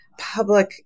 public